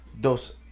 dos